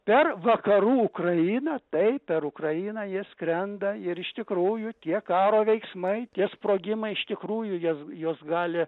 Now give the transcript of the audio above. per vakarų ukrainą taip per ukrainą jie skrenda ir iš tikrųjų tie karo veiksmai tie sprogimai iš tikrųjų jas juos gali